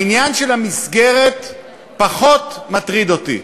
העניין של המסגרת פחות מטריד אותי.